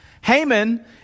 Haman